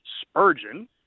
Spurgeon